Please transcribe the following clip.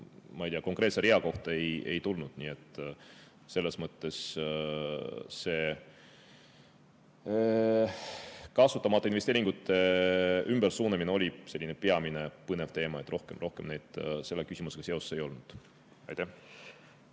ma ei tea, konkreetse rea kohta ei tulnud. Nii et selles mõttes see kasutamata investeeringute ümbersuunamine oli peamine põnev teema, rohkem neid selle küsimusega seoses ei olnud. Aitäh!